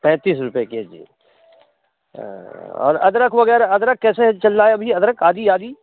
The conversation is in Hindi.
पैंतीस रुपये के जी अदरक वग़ैरह अदरक कैसे चल रहा है अदरक आदि आदि